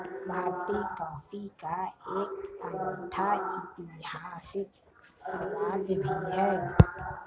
भारतीय कॉफी का एक अनूठा ऐतिहासिक स्वाद भी है